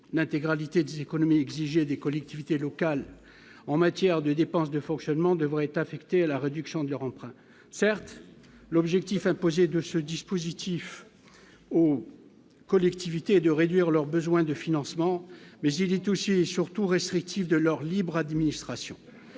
l'intégralité de économique si j'ai des collectivités locales en matière de dépenses de fonctionnement devraient affecter à la réduction de leur empreinte certes l'objectif imposé de ce dispositif ou collectivités de réduire leurs besoins de financement, mais il est aussi et surtout restrictif de leur libre administration